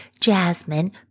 jasmine